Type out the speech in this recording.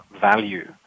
value